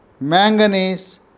manganese